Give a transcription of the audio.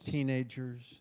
Teenagers